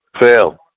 Fail